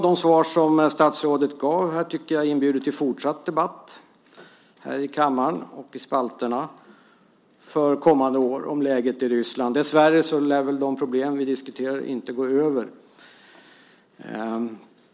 Det svar som statsrådet gav inbjuder dock till fortsatta debatter om läget i Ryssland, både i kammaren och i spalterna, under de kommande åren. Dessvärre lär de problem som vi diskuterar inte gå över.